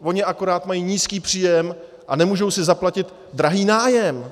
Oni akorát mají nízký příjem a nemůžou si zaplatit drahý nájem.